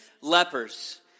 lepers